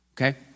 okay